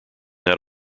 that